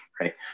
right